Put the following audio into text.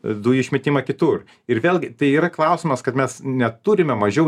dujų išmetimą kitur ir vėlgi tai yra klausimas kad mes neturime mažiau